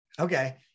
Okay